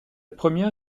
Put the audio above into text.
première